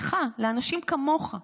לך, לאנשים כמוך,